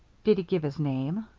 did he give his name?